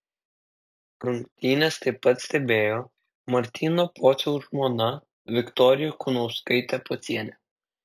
rungtynes taip pat stebėjo martyno pociaus žmona viktorija kunauskaitė pocienė